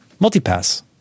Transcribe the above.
MultiPass